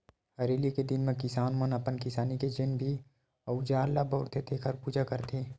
हरेली के दिन म किसान मन अपन किसानी के जेन भी अउजार ल बउरथे तेखर पूजा करथे